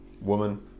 woman